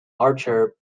archer